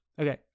Okay